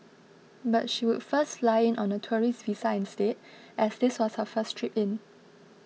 but she would first fly in on a tourist visa instead as this was her first trip in